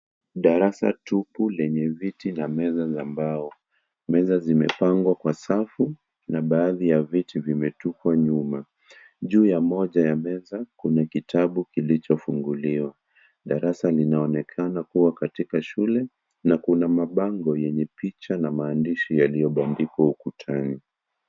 Darasa tupu lenye viti na meza za mbao. Meza zimepangwa kwa safu na baadhi ya vitu vimetupwa nyuma. Juu ya moja ya meza, kuna kitabu kilichofunguliwa. Darasa linaonekana kuwa katika shule na kuna mabango yenye picha na maandishi yaliyobandikwa ukutani.